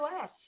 less